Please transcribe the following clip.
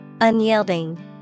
Unyielding